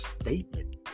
statement